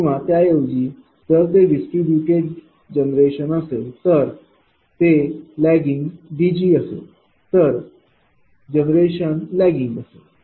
तर किंवा त्याऐवजी जर ते डिस्ट्रीब्यूटेड जनरेशन असेल तर ते लैगिंग Dgअसेल तरजनरेशन लैगिंग असेल